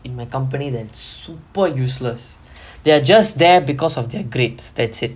in my company that's super useless they are just there because of their grades that's it